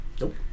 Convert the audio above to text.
Nope